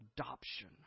adoption